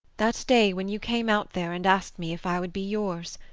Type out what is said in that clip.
that day when you came out there and asked me if i would be yours,